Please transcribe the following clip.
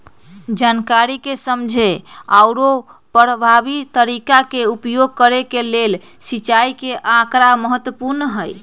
जनकारी के समझे आउरो परभावी तरीका के उपयोग करे के लेल सिंचाई के आकड़ा महत्पूर्ण हई